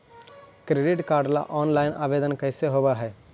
Credit card ल online आवेदन कैसे होब है?